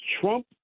Trump